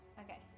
Okay